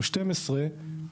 הוא 12,